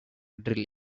drill